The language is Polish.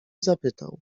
zapytał